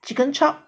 chicken chop